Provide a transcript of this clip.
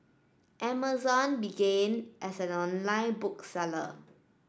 Amazon began as an online book seller